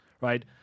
right